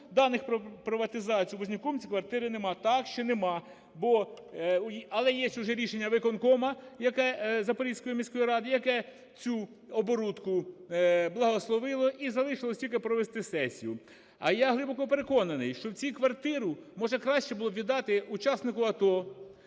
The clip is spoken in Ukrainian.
даних про приватизацію Вознюком цієї квартири нема. Так що нема. Але є уже рішення виконкому Запорізької міської ради, яке цю оборудку благословило і залишилось тільки провести сесію. А я глибоко переконаний, що цю квартиру може краще було б віддати учаснику АТО,